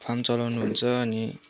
farm चलाउनुहुन्छ अनि